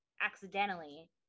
accidentally